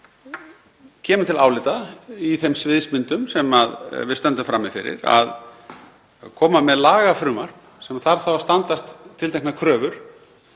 kemur til álita í þeim sviðsmyndum sem við stöndum frammi fyrir að koma með lagafrumvarp sem þarf þá að standast tilteknar kröfur